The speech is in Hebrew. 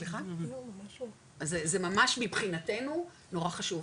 אז זה ממש מבחינתנו נורא חשוב,